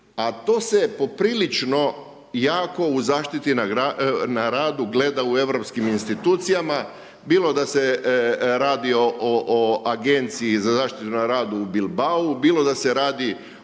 a to se poprilično jako u zaštiti na radu gleda u europskim institucijama bilo da se radi o Agenciji za zaštitu na radu u Bilbau, bilo da se radi